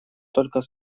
только